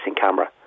camera